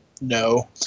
no